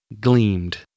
gleamed